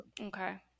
okay